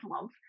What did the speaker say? love